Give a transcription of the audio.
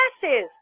glasses